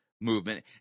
movement